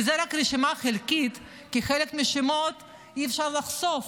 וזו רק רשימה חלקית, כי חלק מהשמות אי-אפשר לחשוף